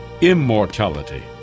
immortality